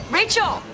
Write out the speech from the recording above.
rachel